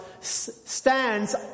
stands